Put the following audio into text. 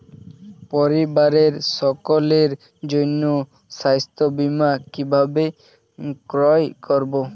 পরিবারের সকলের জন্য স্বাস্থ্য বীমা কিভাবে ক্রয় করব?